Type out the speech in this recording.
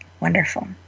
Wonderful